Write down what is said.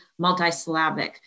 multisyllabic